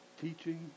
teaching